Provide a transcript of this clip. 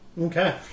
Okay